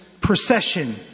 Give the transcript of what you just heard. procession